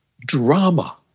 drama